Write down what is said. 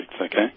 okay